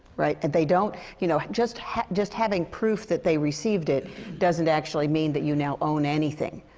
right? and they don't you know, just ha just having proof that they received it doesn't actually mean that you now own anything.